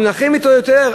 אנחנו נילחם אתו יותר,